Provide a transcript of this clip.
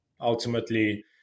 ultimately